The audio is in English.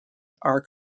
are